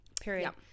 Period